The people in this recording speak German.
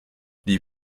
die